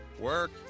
Work